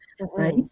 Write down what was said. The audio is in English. right